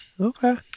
Okay